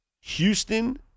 Houston